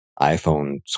iPhone